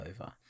over